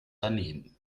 daneben